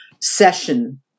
session